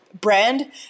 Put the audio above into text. brand